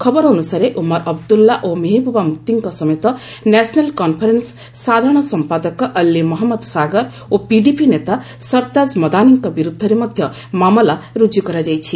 ଖବର ଅନୁସାରେ ଓମାର ଅବଦୁଲ୍ଲା ଓ ମେହବୁବା ମୁଫ୍ତିଙ୍କ ସମେତ ନ୍ୟାସନାଲ୍ କନ୍ଫରେନ୍ସ ସାଧାରଣ ସମ୍ପାଦକ ଅଲ୍ଲୀ ମହଞ୍ଚନ୍ଦ ସାଗର ଓ ପିଡିପି ନେତା ସର୍ତାଜ ମଦାନୀଙ୍କ ବିରୁଦ୍ଧରେ ମଧ୍ୟ ମାମଲା ରୁଜୁ କରାଯାଇଛି